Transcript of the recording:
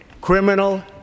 criminal